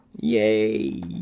yay